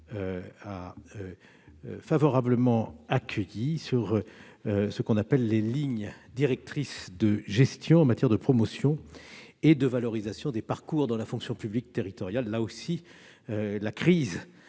favorablement accueillie par la commission, sur les lignes directrices de gestion en matière de promotion et de valorisation des parcours dans la fonction publique territoriale. En la matière aussi, la crise